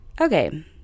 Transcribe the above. Okay